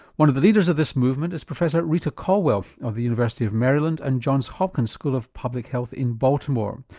one of the leaders of this movement is professor rita colwell of the university of maryland and johns hopkins school of public health in baltimore.